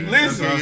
Listen